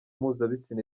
mpuzabitsina